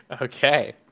Okay